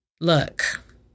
Look